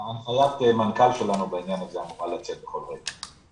הנחיית מנכ"ל שלנו בעניין הזה אמורה לצאת בכל רגע.